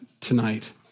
tonight